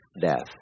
death